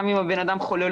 גם אם הבן אדם חולה,